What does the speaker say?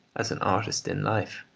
as an artist in life,